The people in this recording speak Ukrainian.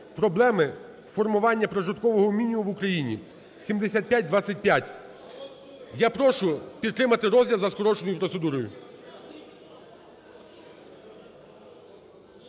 "Проблеми формування прожиткового мінімуму в Україні" (7525). Я прошу підтримати розгляд за скороченою процедурою.